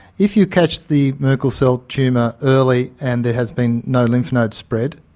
if you catch the merkel cell tumour early and there has been no lymph node spread,